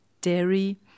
dairy